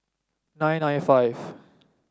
nine nine five